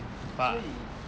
but